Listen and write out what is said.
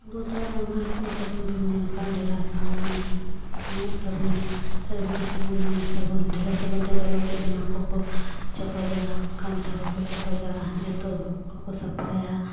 ᱟᱵᱚ ᱫᱚ ᱟᱭᱢᱟ ᱨᱚᱠᱚᱢ ᱥᱟᱵᱚᱱ ᱵᱚᱱ ᱧᱮᱞ ᱠᱟᱜᱼᱟ ᱰᱷᱮᱞᱟ ᱥᱟᱵᱚᱱ ᱩᱢᱚᱜ ᱥᱟᱵᱚᱱ ᱛᱷᱟᱹᱨᱤᱵᱟᱹᱴᱤ ᱥᱟᱵᱚᱱ ᱱᱤᱢ ᱥᱟᱵᱚᱱ ᱰᱷᱮᱞᱟ ᱥᱟᱵᱚᱱ ᱛᱮᱫᱚ ᱞᱩᱜᱽᱲᱤᱡ ᱡᱟᱢᱟ ᱠᱚᱠᱚ ᱪᱚᱠᱚᱡᱟ ᱠᱟᱱᱛᱷᱟ ᱠᱚᱠᱚ ᱪᱚᱠᱚᱡᱟ ᱡᱚᱛᱚ ᱠᱚᱠᱚ ᱥᱟᱯᱷᱟᱭᱟ